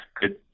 good